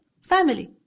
family